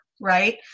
right